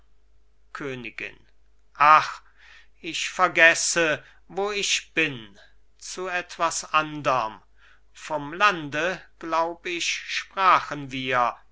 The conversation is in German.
königin ach ich vergesse wo ich bin zu etwas anderm vom lande glaub ich sprachen wir